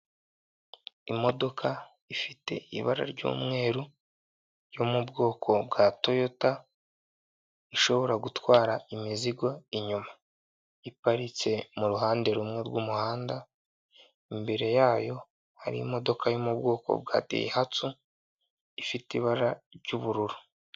Imodoka ifite ibara ry'umweru yo mu bwoko bwa toyota, ishobora gutwara imizigo inyuma, iparitse mu ruhande rumwe rw'umuhanda. Imbere yayo hari imodoka yo mu bwoko bwa dayihatsu, ifite ibara ry'ubururu.